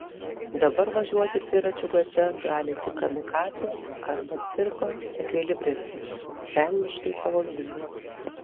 dabar važiuoti dviračiu gatve gali tik kamikadzė arba cirko ekvilibristas velniškai pavojinga